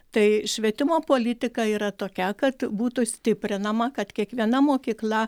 tai švietimo politika yra tokia kad būtų stiprinama kad kiekviena mokykla